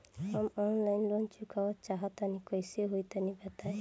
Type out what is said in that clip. हम online loan चुकावल चाहऽ तनि कइसे होई तनि बताई?